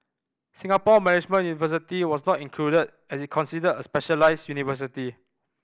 Singapore Management University was not included as is considered a specialised university